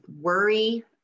worry